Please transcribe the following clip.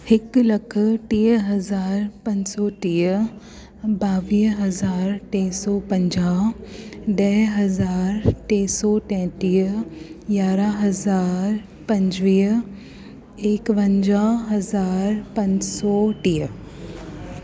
हिकु लख टीह हज़ार पंज सौ टीह ॿावीह हज़ार टे सौ पंजाह ॾह हज़ार टे सौ टेटीह यारहं हज़ार पंजवीह एकवंजाह हज़ार पंज सौ टीह